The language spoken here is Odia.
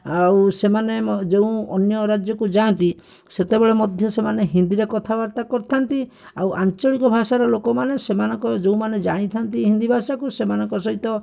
ଆଉ ସେମାନେ ମ ଯୋଉ ଅନ୍ୟ ରାଜ୍ୟକୁ ଯାଆନ୍ତି ସେତେବେଳେ ମଧ୍ୟ ସେମାନେ ହିନ୍ଦୀରେ କଥାବାର୍ତ୍ତା କରିଥାନ୍ତି ଆଉ ଆଞ୍ଚଳିକ ଭାଷାର ଲୋକମାନେ ସେମାନଙ୍କ ଯୋଉମାନେ ଜାଣିଥାନ୍ତି ହିନ୍ଦୀ ଭାଷାକୁ ସେମାନଙ୍କ ସହିତ